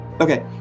okay